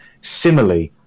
simile